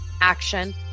action